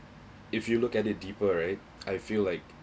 if you look at it deeper right I feel like